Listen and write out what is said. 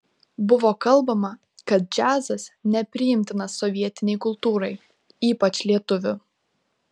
buvo kalbama kad džiazas nepriimtinas sovietinei kultūrai ypač lietuvių